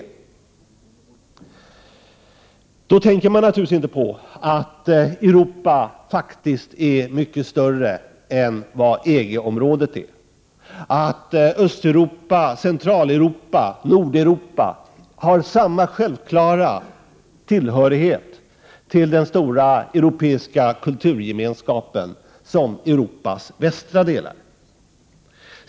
Man tänker då naturligtvis inte på att Europa faktiskt är mycket större än EG-området. Östeuropa, Centraleuropa och Nordeuropa har samma självklara tillhörighet till den stora europeiska kulturgemenskapen som Europas västra delar.